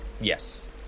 Yes